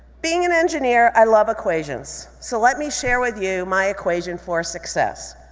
being an engineer, i love equations. so let me share with you my equation for success.